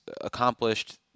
accomplished